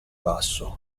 basso